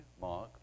Mark